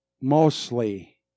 Mostly